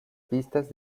pistas